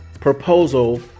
proposal